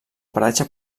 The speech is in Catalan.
paratge